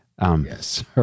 Yes